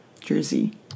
Jersey